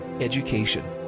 education